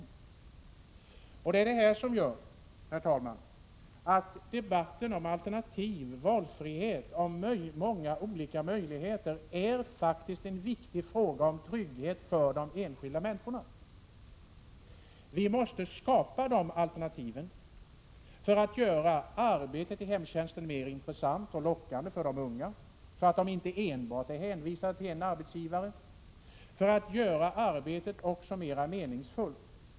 Det är detta, herr talman, som gör att debatten om alternativ, valfrihet och många olika möjligheter faktiskt är en viktig fråga om trygghet för de enskilda människorna. Vi måste skapa dessa alternativ för att göra arbetet i hemtjänsten mera lockande för de unga så att de inte är hänvisade till endast en arbetsgivare och också försöka göra arbetet mera meningsfullt.